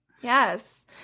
yes